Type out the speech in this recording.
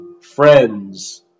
friends